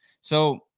So-